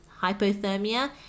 hypothermia